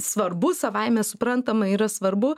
svarbu savaime suprantama yra svarbu